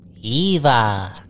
Eva